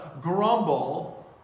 grumble